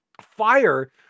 Fire